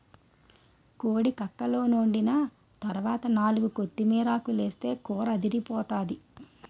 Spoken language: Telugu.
కోడి కక్కలోండిన తరవాత నాలుగు కొత్తిమీరాకులేస్తే కూరదిరిపోతాది